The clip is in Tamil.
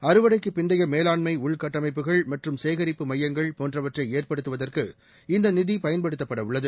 அறுவடைக்குப் மேலாண்மை உள்கட்டமைப்புகள் மற்றும் சேகரிப்பு மையங்கள் போன்றவற்றை ஏற்படுத்துவதற்கு இந்த நிதி பயன்படுத்தப்பட உள்ளது